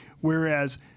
whereas